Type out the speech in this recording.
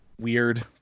weird